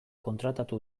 kontratatu